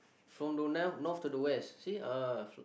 from the North to the West see ah